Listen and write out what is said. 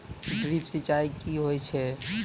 Drip सिंचाई कि होय छै?